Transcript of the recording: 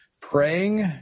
praying